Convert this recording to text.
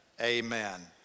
amen